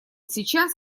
сейчас